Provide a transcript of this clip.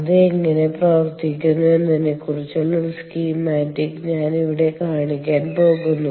അത് എങ്ങനെ പ്രവർത്തിക്കുന്നു എന്നതിനെക്കുറിച്ചുള്ള ഒരു സ്കീമാറ്റിക് ഞാൻ ഇവിടെ കാണിക്കാൻ പോകുന്നു